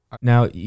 Now